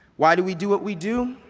why do we do what we do?